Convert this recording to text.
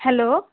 hello